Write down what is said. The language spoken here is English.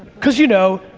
cause, you know,